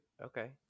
Okay